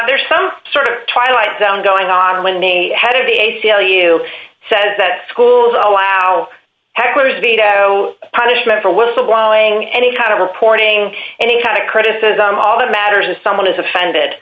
there's some sort of twilight zone going on when the head of the a c l u says that schools allow heckler's veto punishment for whistleblowing any kind of reporting any kind of criticism all that matters is someone is offended